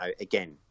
again